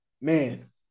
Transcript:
Man